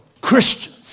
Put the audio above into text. Christians